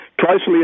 Closely